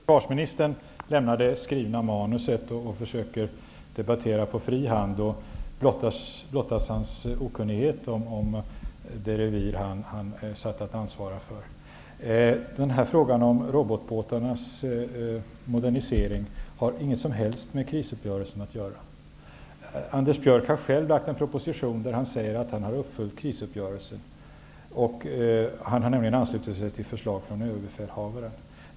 Herr talman! När försvarsministern lämnar det skrivna manuset och försöker debattera på fri hand blottas hans okunnighet om det revir han är satt att ansvara för. Frågan om robotbåtarnas modernisering har inget som helst med krisuppgörelsen att göra. Anders Björck har själv lagt fram en proposition i vilken han säger att han har uppfyllt krisuppgörelsen. Han har nämligen anslutit sig till ett förslag från överbefälhavaren.